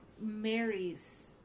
marries